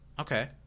Okay